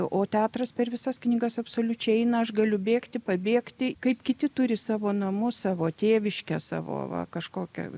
o teatras per visas knygas absoliučiai na aš galiu bėgti pabėgti kaip kiti turi savo namus savo tėviškę savo va kažkokią